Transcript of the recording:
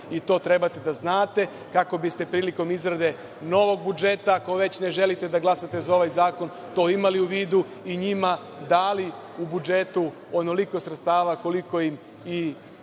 i to treba da znate, kako biste prilikom izrade novog budžeta, ako već ne želite da glasate za ovaj zakon, to imali u vidu i njima dali u budžetu onoliko sredstava koliko im i